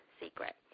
secret